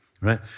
right